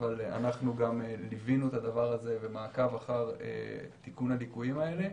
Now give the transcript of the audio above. אבל אנחנו לוונו את הדבר הזה במעקב אחר תיקון הליקויים האלה.